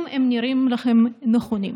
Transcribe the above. אם הם נראים לכם נכונים.